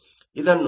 ಇದನ್ನು 92